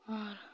और